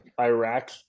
Iraq